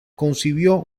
concibió